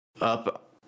up